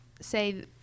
say